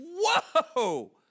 whoa